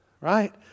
Right